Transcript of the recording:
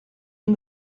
and